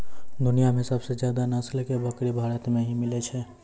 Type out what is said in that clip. दुनिया मॅ सबसे ज्यादा नस्ल के बकरी भारत मॅ ही मिलै छै